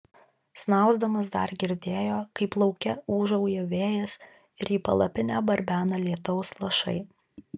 snausdamas dar girdėjo kaip lauke ūžauja vėjas ir į palapinę barbena lietaus lašai